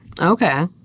okay